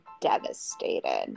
devastated